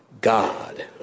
God